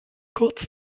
kurz